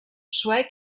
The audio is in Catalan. suec